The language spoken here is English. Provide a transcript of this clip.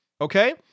Okay